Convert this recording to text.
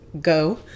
go